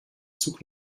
zug